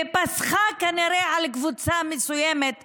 ופסחה כנראה על קבוצה מסוימת מהאוכלוסייה,